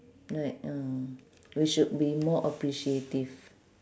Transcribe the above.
right uh we should be more appreciative